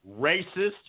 racist